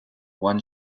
one